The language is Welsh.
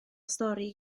stori